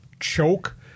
choke